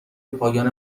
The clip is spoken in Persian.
پایان